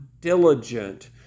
diligent